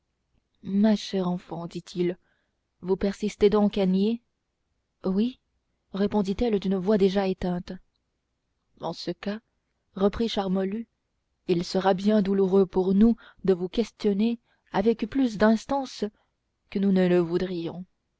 ma chère enfant dit-il vous persistez donc à nier oui répondit-elle d'une voix déjà éteinte en ce cas reprit charmolue il sera bien douloureux pour nous de vous questionner avec plus d'instance que nous ne le voudrions